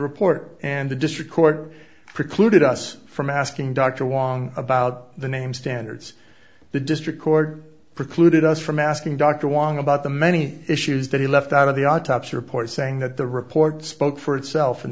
report and the district court precluded us from asking dr wong about the name standards the district court precluded us from asking dr wong about the many issues that he left out of the autopsy report saying that the report spoke for itself and